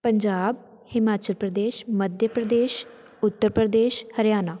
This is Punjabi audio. ਪੰਜਾਬ ਹਿਮਾਚਲ ਪ੍ਰਦੇਸ਼ ਮੱਧ ਪ੍ਰਦੇਸ਼ ਉੱਤਰ ਪ੍ਰਦੇਸ਼ ਹਰਿਆਣਾ